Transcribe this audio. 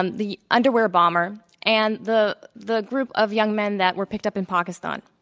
um the underwear bomber, and the the group of young men that were picked up in pakistan,